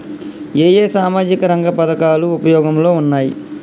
ఏ ఏ సామాజిక రంగ పథకాలు ఉపయోగంలో ఉన్నాయి?